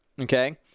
Okay